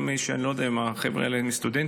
אני לא יודע אם החבר'ה האלה הם סטודנטים,